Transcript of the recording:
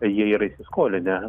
jie yra įsiskolinę